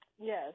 Yes